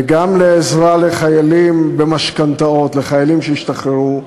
וגם לעזרה לחיילים במשכנתאות, לחיילים שהשתחררו.